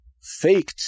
faked